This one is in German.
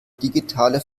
digitale